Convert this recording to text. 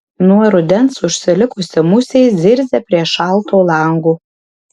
nuo rudens užsilikusi musė zirzia prie šalto lango